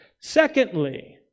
Secondly